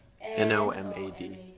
N-O-M-A-D